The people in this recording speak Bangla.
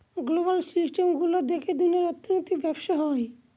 গ্লোবাল সিস্টেম গুলো দেখে দুনিয়ার অর্থনৈতিক ব্যবসা হয়